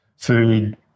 Food